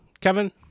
Kevin